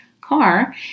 car